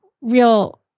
real